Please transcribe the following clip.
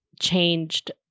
changed